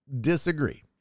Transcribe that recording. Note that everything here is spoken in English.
disagree